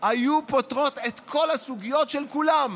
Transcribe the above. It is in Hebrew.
היו פותרות את כל הסוגיות של כולם.